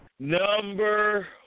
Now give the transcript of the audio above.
Number